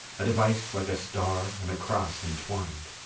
a device like a star and cross entwined.